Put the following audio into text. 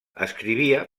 escrivia